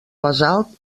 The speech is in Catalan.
basalt